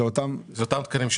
זה אותם תקנים.